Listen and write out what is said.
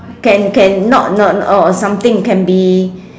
can can not not or something can be